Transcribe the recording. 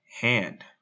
Hand